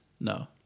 No